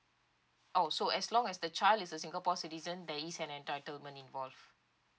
oh so as long as the child is a singapore citizen there is an entitlement involve